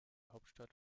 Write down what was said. hauptstadt